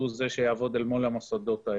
הוא זה שיעבוד מול המוסדות האלה,